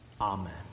Amen